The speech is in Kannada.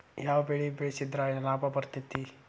ಯಾವ ಬೆಳಿ ಬೆಳ್ಸಿದ್ರ ಲಾಭ ಬರತೇತಿ?